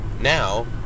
now